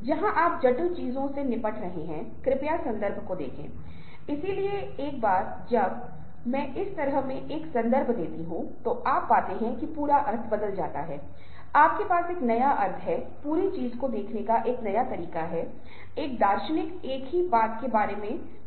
ध्यान केंद्रित करने जा रहे हैं क्योंकि सामाजिक लेनदेन के लिए यह बहुत महत्वपूर्ण है चीजों का महत्वपूर्ण पहलू है और क्या इसका टकराव है चाहे इसकी वार्ता हो या चाहे इसके अनुनय और नेतृत्व हो